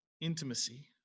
intimacy